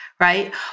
right